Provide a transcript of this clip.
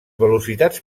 velocitats